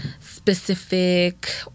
specific